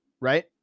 right